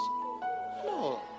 no